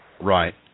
Right